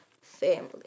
family